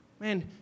Man